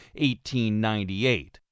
1898